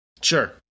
Sure